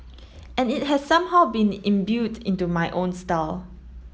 and it has somehow been imbued into my own style